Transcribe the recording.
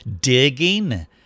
digging